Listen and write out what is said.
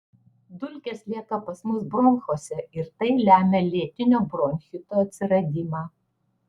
dulkės lieka pas mus bronchuose ir tai lemia lėtinio bronchito atsiradimą